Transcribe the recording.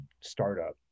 startup